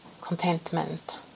contentment